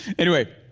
anyway.